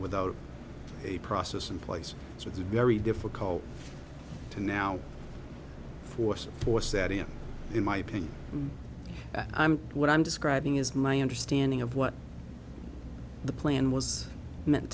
without a process in place so it's very difficult to now force for setting up in my opinion i'm what i'm describing is my understanding of what the plan was meant